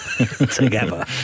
together